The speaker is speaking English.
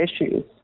issues